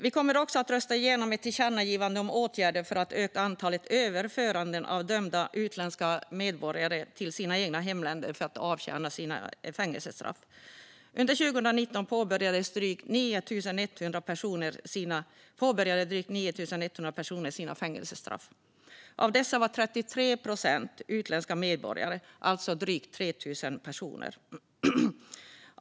Vi kommer också att rösta igenom ett tillkännagivande om åtgärder för att öka antalet överföringar av dömda utländska medborgare till deras hemländer så att de kan avtjäna sina fängelsestraff där. Under 2019 påbörjade drygt 9 100 personer sitt fängelsestraff. Av dessa var 33 procent utländska medborgare, alltså drygt 3 000 personer.